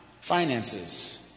finances